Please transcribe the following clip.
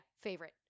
Favorite